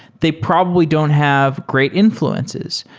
they probably don't have great infl uences.